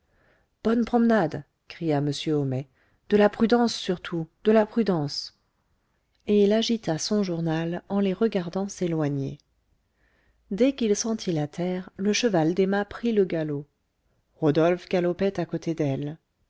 bonne promenade cria m homais de la prudence surtout de la prudence et il agita son journal en les regardant s'éloigner dès qu'il sentit la terre le cheval d'emma prit le galop rodolphe galopait à côté d'elle